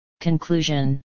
conclusion